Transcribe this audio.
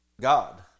God